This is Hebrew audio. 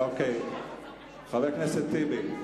חבר הכנסת טיבי,